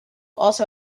also